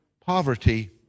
poverty